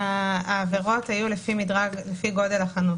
העבירות היו לפי גודל החנות.